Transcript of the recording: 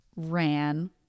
ran